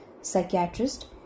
Psychiatrist